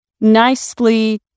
nicely